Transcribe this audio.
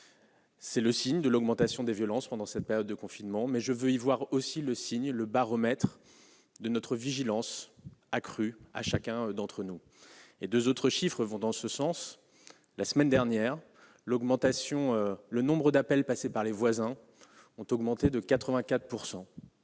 C'est le signe de l'augmentation des violences pendant cette période de confinement, mais je veux y voir aussi le baromètre de notre vigilance accrue pour chacun d'entre nous. Deux autres chiffres vont dans ce sens. En effet, la semaine dernière, le nombre d'appels passés par les voisins a augmenté de 84